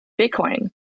Bitcoin